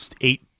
eight